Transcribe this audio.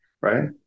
Right